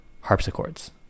harpsichords